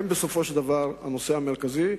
הם בסופו של דבר הנושא המרכזי.